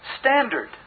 standard